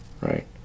Right